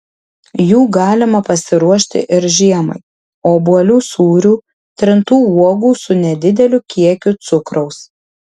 jų galima pasiruošti ir žiemai obuolių sūrių trintų uogų su nedideliu kiekiu cukraus